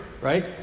right